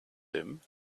him